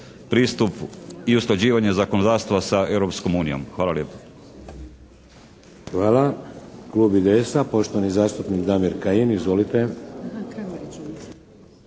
pristup i usklađivanje zakonodavstva sa Europskom unijom. Hvala lijepo. **Šeks, Vladimir (HDZ)** Hvala. Klub IDS-a, poštovani zastupnik Damir Kajin. Izvolite.